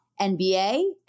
NBA